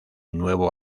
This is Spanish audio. nuevo